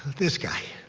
this guy.